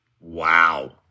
Wow